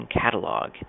Catalog